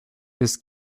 this